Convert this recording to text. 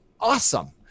awesome